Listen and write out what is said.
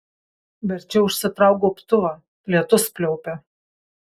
verčiau užsitrauk gobtuvą lietus pliaupia